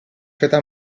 feta